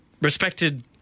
respected